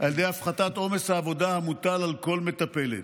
על ידי הפחתת עומס העבודה המוטל על כל מטפלת.